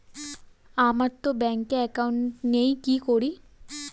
আমারতো ব্যাংকে একাউন্ট নেই কি করি?